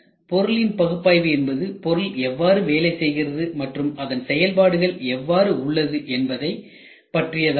பொருளின் பகுப்பாய்வு என்பது பொருள் எவ்வாறு வேலை செய்கிறது மற்றும் அதன் செயல்பாடுகள் எவ்வாறு உள்ளது என்பதை பற்றியதாகும்